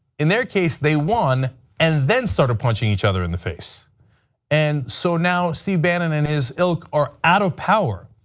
in their case, they won and then started punching each other in the face and so now steve bannon and his ilk are out of power.